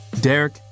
Derek